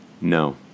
No